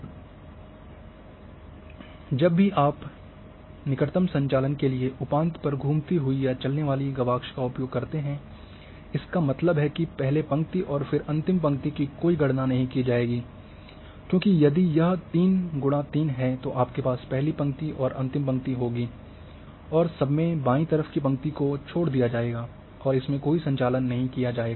अब जब भी आप निकटम संचालन के लिए उपांत पर घूमती हुई या चलने वाली गवाक्ष का उपयोग करते हैं इसका मतलब है कि पहले पंक्ति और अंतिम पंक्ति की कोई गणना नहीं की जाएगी क्योंकि यदि यह 3 X 3 है तो आपके पास पहली पंक्ति और अंतिम पंक्ति होगी और सबसेX बायीं तरफ़ की पंक्ति को छोड़ दिया जाएगा और इसमें कोई संचालन नहीं किया जाएगा